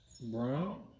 Brown